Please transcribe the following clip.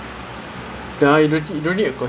okay